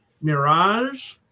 Mirage